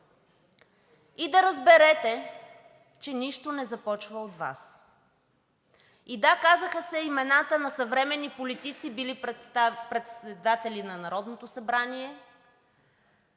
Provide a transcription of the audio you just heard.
и да разберете, че нищо не започва от Вас. И да, казаха се имената на съвременни политици, които са били председатели на Народното събрание,